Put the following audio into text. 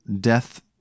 death